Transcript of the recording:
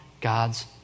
God's